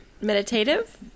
Meditative